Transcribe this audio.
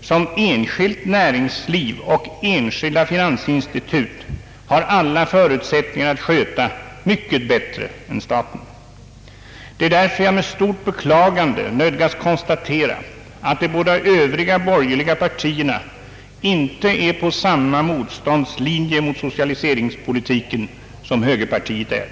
som enskilt näringsliv och enskilda finansinstitut har alla förutsättningar att sköta mycket bättre än staten. Det är därför jag med stort beklagande nödgas konstatera att de båda övriga borgerliga partierna inte är på samma motståndslinje mot socialiseringspolitiken som högerpartiet är.